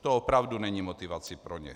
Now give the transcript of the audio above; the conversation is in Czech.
To opravdu není motivace pro ně.